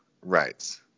Right